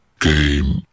Game